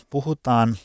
Puhutaan